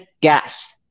gas